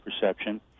perception